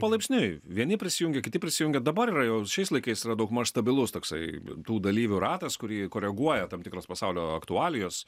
palaipsniui vieni prisijungia kiti prisijungia dabar yra jau šiais laikais yra daugmaž stabilus toksai tų dalyvių ratas kurį koreguoja tam tikros pasaulio aktualijos